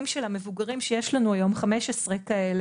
של המבוגרים שיש לנו היום 15 כאלה,